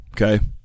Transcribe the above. okay